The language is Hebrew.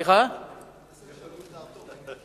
תצליח לשנות את דעתו.